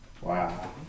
Wow